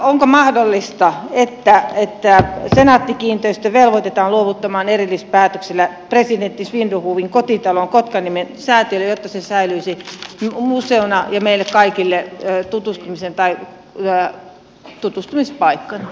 onko mahdollista että senaatti kiinteistöt velvoitetaan luovuttamaan erillispäätöksellä presidentti svinhufvudin kotitalo kotkaniemen säätiölle jotta se säilyisi museona ja meille kaikille tutustumispaikkana